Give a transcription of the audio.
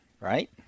right